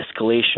escalation